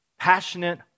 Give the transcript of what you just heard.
Passionate